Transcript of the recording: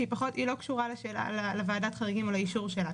שאלה שאינה קשורה לועדת החריגים ולאישור שלה,